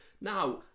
Now